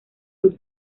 sur